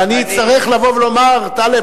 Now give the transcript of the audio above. ואני אצטרך לבוא ולומר: טלב,